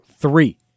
Three